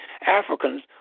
Africans